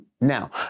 Now